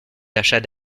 l’achat